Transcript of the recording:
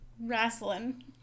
Wrestling